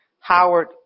Howard